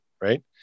right